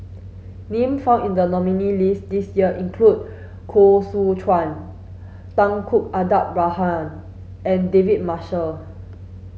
name found in the nominees' list this year include Koh Seow Chuan Tunku Abdul Rahman and David Marshall